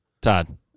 Todd